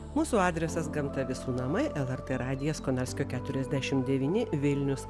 mūsų adresas gamta visų namai lrt radijas konarskio keturiasdešimt devyni vilnius